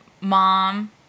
mom